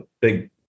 big